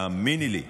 האמיני לי,